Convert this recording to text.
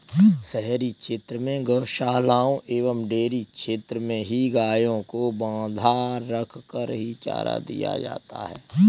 शहरी क्षेत्र में गोशालाओं एवं डेयरी क्षेत्र में ही गायों को बँधा रखकर ही चारा दिया जाता है